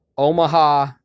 Omaha